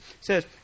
says